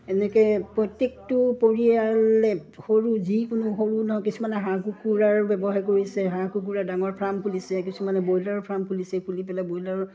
এনেকৈ প্ৰত্যেকটো পৰিয়ালে সৰু যিকোনো সৰু নহয় কিছুমানে হাঁহ কুকুৰাৰ ব্যৱসায় কৰিছে হাঁহ কুকুৰাৰ ডাঙৰ ফাৰ্ম খুলিছে কিছুমান ব্ৰইলাৰ ফাৰ্ম খুলিছে খুলি পেলাই ব্ৰইলাৰৰ